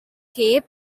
cave